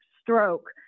Stroke